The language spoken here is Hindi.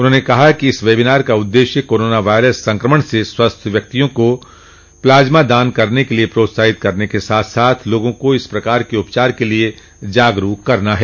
उन्होंने कहा कि इस वेबिनार का उददेश्य कोरोना वायरस संक्रमण से स्वस्थ हुए व्यक्तियों को प्लाज्मा दान करने के लिए प्रोत्साहित करने के साथ साथ लोगों को इस प्रकार के उपचार के लिए जागरूक करना है